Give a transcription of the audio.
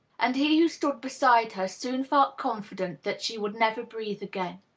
and he who stood beside her soon felt confident that she would never breathe again.